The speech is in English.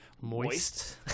moist